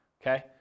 okay